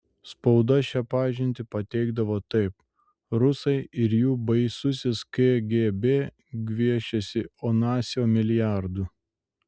spauda šią pažintį pateikdavo taip rusai ir jų baisusis kgb gviešiasi onasio milijardų